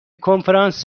کنفرانس